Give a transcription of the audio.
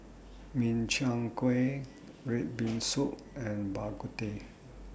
Min Chiang Kueh Red Bean Soup and Bak Kut Teh